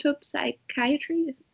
psychiatry